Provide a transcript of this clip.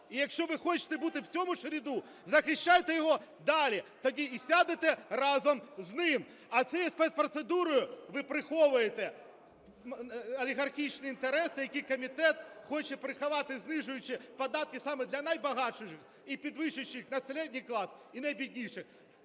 І якщо ви хочете бути в цьому ще ряду, захищайте його далі, тоді і сядете разом з ним. А цією спецпроцедурою ви приховуєте олігархічні інтереси, які комітет хоче приховати, знижуючи податки саме для найбагатших, і підвищуючи їх на середній клас і найбідніших.